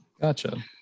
gotcha